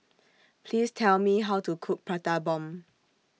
Please Tell Me How to Cook Prata Bomb